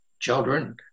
children